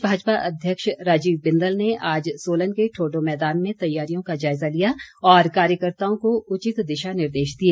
प्रदेश भाजपा अध्यक्ष राजीव बिंदल ने आज सोलन के ठोडो मैदान में तैयारियों का जायजा लिया और कार्यकर्त्ताओं को उचित दिशा निर्देश दिए